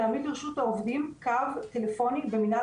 להעמיד ברשות העובדים קו טלפוני במנהל